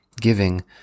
giving